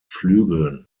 flügeln